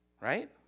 right